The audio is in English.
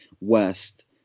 West